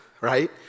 right